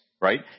right